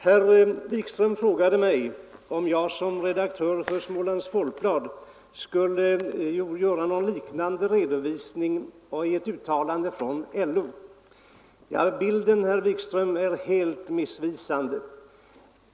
Herr Wikström frågade mig om jag som redaktör för Smålands Folkblad skulle göra någon liknande redovisning av ett uttalande från LO. Den bilden, herr Wikström, är helt missvisande.